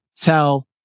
tell